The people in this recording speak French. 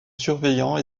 surveillant